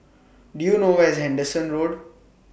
Do YOU know Where IS Henderson Road